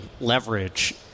leverage